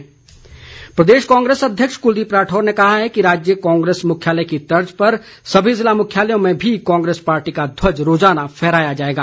कुलदीप राठौर प्रदेश कांग्रेस अध्यक्ष कुलदीप राठौर ने कहा है कि राज्य कांग्रेस मुख्यालय की तर्ज पर सभी ज़िला मुख्यालयों में भी कांग्रेस पार्टी का ध्वज रोजाना फहराया जाएगा